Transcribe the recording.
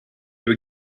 were